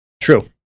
True